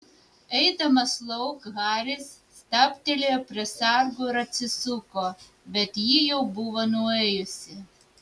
eidamas lauk haris stabtelėjo prie sargo ir atsisuko bet ji jau buvo nuėjusi